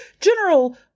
general